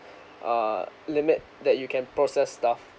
err limit that you can process stuff